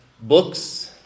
books